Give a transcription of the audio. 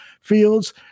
Fields